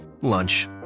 lunch